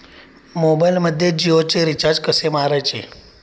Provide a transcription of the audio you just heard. मोबाइलमध्ये जियोचे रिचार्ज कसे मारायचे?